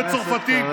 בצרפתית,